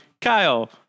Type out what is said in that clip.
Kyle